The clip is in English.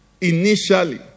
initially